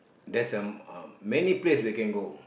that's um uh many place we can go